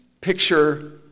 picture